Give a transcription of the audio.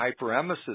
hyperemesis